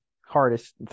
hardest